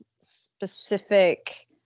specific